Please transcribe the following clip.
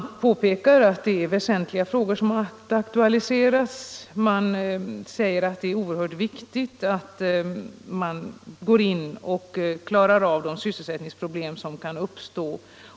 Utskottet påpekar att det är väsentliga frågor som har aktualiserats och säger att det är oerhört viktigt att gå in och klara av de sysselsättningsproblem som kan uppstå.